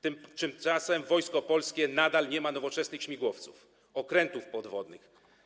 Tymczasem Wojsko Polskie nadal nie ma nowoczesnych śmigłowców, okrętów podwodnych.